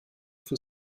für